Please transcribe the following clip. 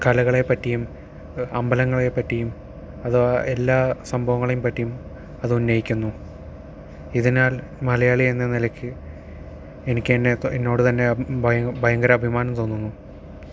കലകളെ പറ്റിയും അമ്പലങ്ങളെ പറ്റിയും അത് എല്ലാ സംഭവങ്ങളെ പറ്റിയും അതുന്നയിക്കുന്നു ഇതിനാൽ മലയാളി എന്ന നിലയ്ക്ക് എനിക്ക് എന്ന എന്നോട് തന്നെ ഭയ ഭ ഭയങ്കര അഭിമാനം തോന്നുന്നു